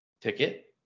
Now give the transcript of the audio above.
Ticket